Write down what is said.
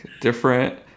different